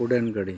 ᱩᱰᱟᱹᱱ ᱜᱟᱹᱰᱤ